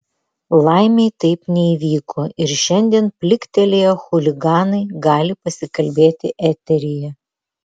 laimei taip neįvyko ir šiandien pliktelėję chuliganai gali pasikalbėti eteryje